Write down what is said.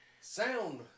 sound